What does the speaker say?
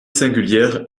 singulière